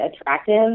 attractive